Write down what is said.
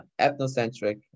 ethnocentric